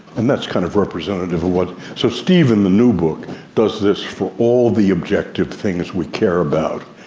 and that's kind of representative of what's, so steve in the new book does this for all the objective things we care about.